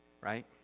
Right